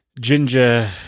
ginger